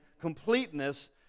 completeness